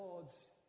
God's